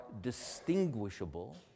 distinguishable